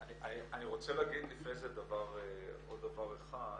אני רוצה להגיד לפני זה עוד דבר אחד.